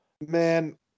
man